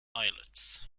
islets